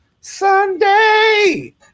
Sunday